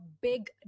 big